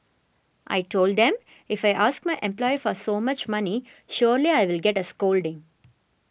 I told them if I ask my employer for so much money surely I will get a scolding